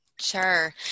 Sure